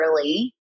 early